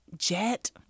Jet